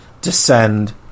descend